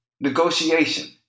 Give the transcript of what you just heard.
Negotiation